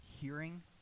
hearing